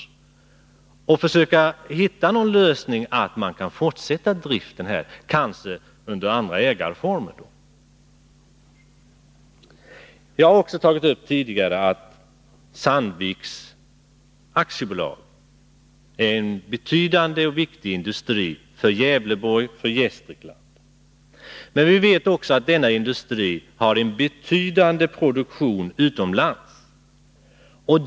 Det gäller att försöka hitta en lösning, så att man kan fortsätta driften Nr 80 där — kanske i andra ägarformer. Måndagen den Jag har också tidigare uttalat att Sandvik AB är en betydande industri för 15 februari 1982 Gävleborgs län och Gästrikland. Men vi vet också att denna industri har en betydande produktion utomlands.